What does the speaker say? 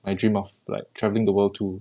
my dream of like traveling the world too